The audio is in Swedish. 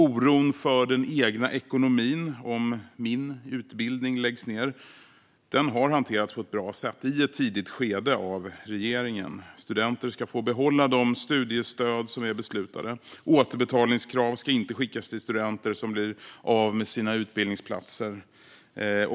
Oron för den egna ekonomin, om min utbildning läggs ned, har hanterats på ett bra sätt i ett tidigt skede av regeringen. Studenter ska få behålla de studiestöd som är beslutade. Återbetalningskrav ska inte skickas till studenter som blir av med sina utbildningsplatser.